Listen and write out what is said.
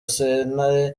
sentare